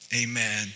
Amen